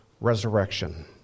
resurrection